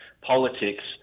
politics